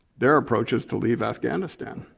their approach is to leave afghanistan.